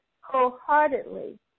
wholeheartedly